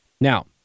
Now